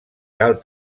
cal